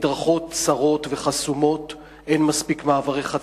המדרכות צרות וחסומות, אין מספיק מעברי חצייה,